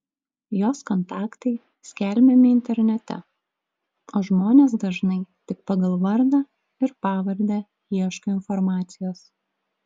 jos kontaktai skelbiami internete o žmonės dažnai tik pagal vardą ir pavardę ieško informacijos